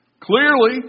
Clearly